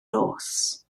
nos